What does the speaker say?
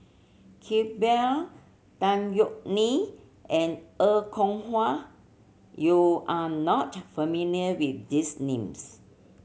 Iqbal Tan Yeok Nee and Er Kwong Wah you are not familiar with these names